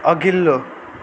अघिल्लो